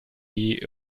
die